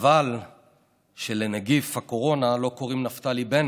חבל שלנגיף הקורונה לא קוראים נפתלי בנט,